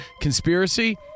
Conspiracy